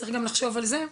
צריך גם לחשוב על זה.